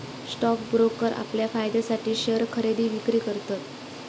stock broker आपल्या फायद्यासाठी share खरेदी विक्री करतत